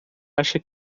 acha